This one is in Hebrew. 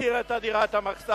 שהשכיר את הדירה, את המחסן.